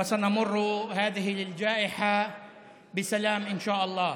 ונעבור את הפורענות בשלום, אינשאללה.